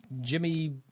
Jimmy